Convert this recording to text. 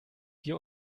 wir